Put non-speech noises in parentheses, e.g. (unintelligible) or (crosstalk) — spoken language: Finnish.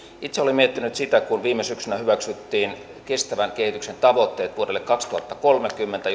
itse olen miettinyt sitä kun viime syksynä hyväksyttiin kestävän kehityksen tavoitteet vuodelle kaksituhattakolmekymmentä (unintelligible)